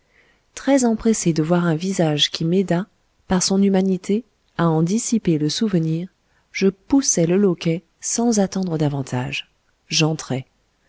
très empressé de voir un visage qui m'aidât par son humanité à en dissiper le souvenir je poussai le loquet sans attendre davantage j'entrai